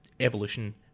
Evolution